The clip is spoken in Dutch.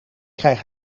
krijg